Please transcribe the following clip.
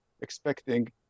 expecting